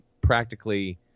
practically